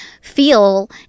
feel